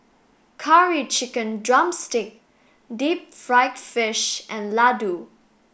curry chicken drumstick deep fried fish and laddu